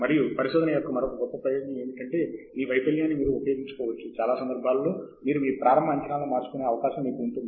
మరియు పరిశోధన యొక్క మరొక గొప్ప ప్రయోజనం ఏమిటంటే మీ వైఫల్యాన్ని మీరు ఉపయోగించు కోవచ్చు చాలా సందర్భాలలో మీరు మీ ప్రారంభ అంచనాలను మార్చుకునే అవకాశము మీకు ఉంటుంది